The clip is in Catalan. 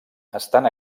estan